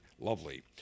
Lovely